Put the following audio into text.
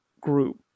group